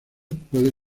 puede